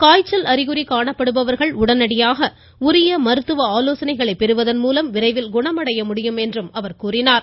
காய்ச்சல் அறிகுறி காணப்படுபவர்கள் உடனடியாக உரிய மருத்துவ ஆலோசனைகளை பெறுவதன் மூலம் விரைவில் குணமடைய முடியும் என்றும் கூறினார்